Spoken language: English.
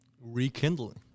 Rekindling